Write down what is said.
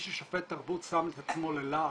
מי ששופט תרבות שם עצמו ללעג,